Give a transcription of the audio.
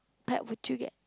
pet would you get